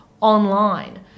online